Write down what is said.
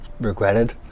regretted